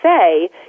say